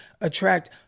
attract